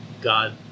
God